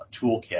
toolkit